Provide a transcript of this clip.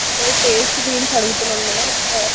అంటే టేస్ట్ గురించి అడుగుతున్నాను మ్యాడమ్